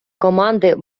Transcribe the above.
команди